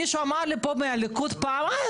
מישהו אמר לי פה מהליכוד פעם: אה,